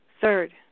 Third